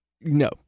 no